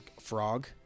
frog